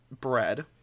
bread